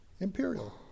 imperial